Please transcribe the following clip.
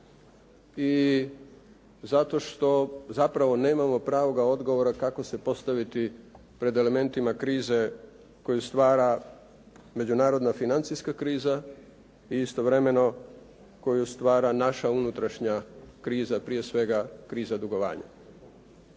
i zato što zapravo nemamo pravoga odgovora kako se postaviti pred elementima krize koji stvara međunarodna financijska kriza i istovremeno koju stvara naša unutrašnja kriza, prije svega kriza djelovanja,